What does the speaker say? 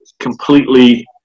completely